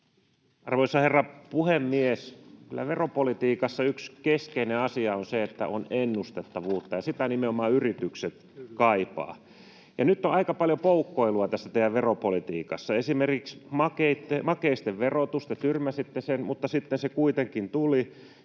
Arvoisa herra puhemies! Kyllä veropolitiikassa yksi keskeinen asia on se, että on ennustettavuutta, ja sitä nimenomaan yritykset kaipaavat. Nyt on aika paljon poukkoilua tässä teidän veropolitiikassa. Esimerkiksi makeisten verotus: te tyrmäsitte sen, mutta sitten se kuitenkin tuli,